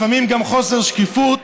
לפעמים גם חוסר שקיפות,